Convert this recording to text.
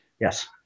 Yes